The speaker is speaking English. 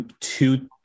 two